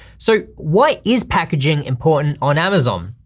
so why is packaging important on amazon?